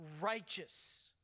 righteous